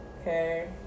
Okay